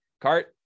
Cart